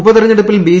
ഉപതെരഞ്ഞെടുപ്പിൽ ബി